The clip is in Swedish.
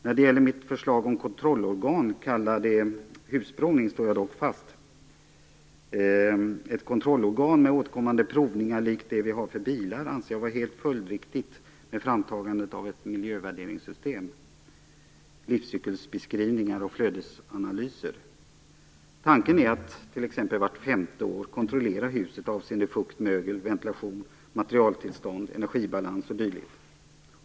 När det gäller mitt förslag om ett kontrollorgan, kallat Husprovning, står jag dock fast. Ett kontrollorgan med återkommande provningar, likt det vi har för bilar, anser jag vara helt följdriktigt, med framtagandet av miljövärderingssystem, livscykelbeskrivningar och flödesanalyser. Tanken är att t.ex. vart femte år kontrollera huset avseende fukt, mögel, ventilation, materialtillstånd, energibalans och dylikt.